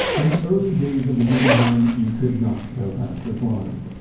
in the early days of the guggenheim, you could not go past this line.